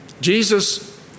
Jesus